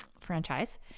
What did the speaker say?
franchise